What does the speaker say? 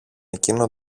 εκείνο